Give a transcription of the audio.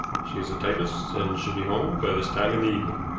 she is a typist, and should be home by this time in the evening.